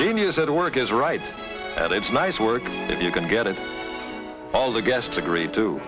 genius at work is right at it's nice work if you can get it all the guests agree to